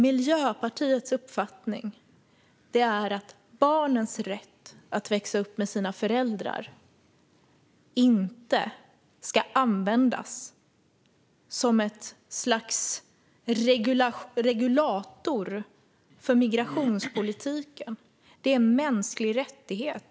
Miljöpartiets uppfattning är att barnens rätt att växa upp med sina föräldrar inte ska användas som ett slags regulator för migrationspolitiken. Det handlar om en mänsklig rättighet.